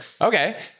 okay